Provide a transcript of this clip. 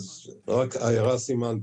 את ההערה סימנתי.